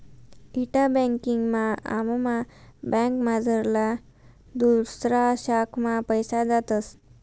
इंटा banking मा आमना बँकमझारला दुसऱा शाखा मा पैसा जातस